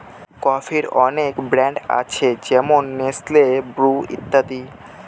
কফির অনেক ব্র্যান্ড আছে যেমন নেসলে, ব্রু ইত্যাদি